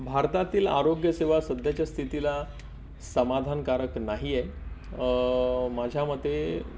भारतातील आरोग्यसेवा सध्याच्या स्थितीला समाधानकारक नाही आहे माझ्या मते